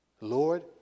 Lord